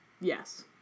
yes